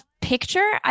picture